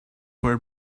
were